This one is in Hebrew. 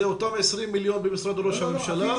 אלה אותם 20 מיליון במשרד ראש הממשלה.